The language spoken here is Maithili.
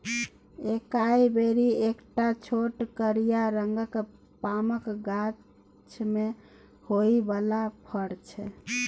एकाइ बेरी एकटा छोट करिया रंगक पामक गाछ मे होइ बला फर छै